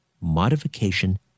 modification